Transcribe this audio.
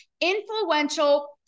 influential